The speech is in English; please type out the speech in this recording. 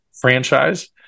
franchise